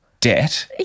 debt